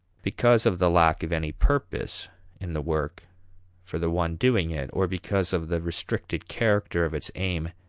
because of the lack of any purpose in the work for the one doing it, or because of the restricted character of its aim,